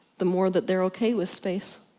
the more that they're ok with space.